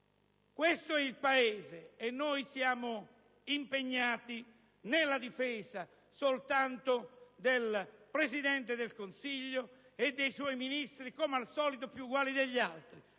Questo è il Paese, e noi siamo impegnati nella difesa soltanto del Presidente del Consiglio e dei suoi Ministri, come al solito più uguali degli altri,